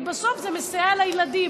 כי בסוף זה מסייע לילדים.